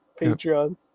Patreon